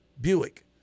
Buick